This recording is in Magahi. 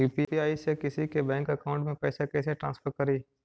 यु.पी.आई से किसी के बैंक अकाउंट में पैसा कैसे ट्रांसफर करी?